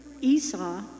Esau